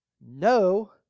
no